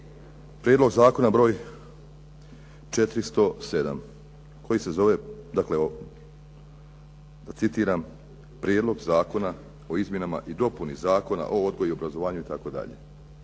prijedlog zakona broj 407. koji se zove dakle da citiram "Prijedlog zakona o izmjeni i dopuni Zakona o odgoju i obrazovanju" itd.